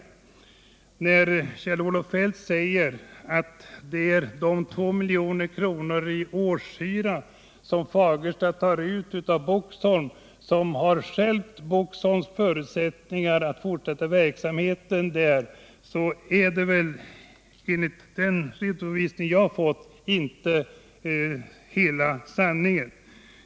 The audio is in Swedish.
När Kjell-Olof Feldt säger att det är de 2 milj.kr. i årshyra som Fagersta tar ut av Boxholm som har stjälpt Boxholms förutsättningar att fortsätta verksamheten där, så är det väl, enligt den redovisning jag har fått, inte hela sanningen.